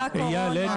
אייל,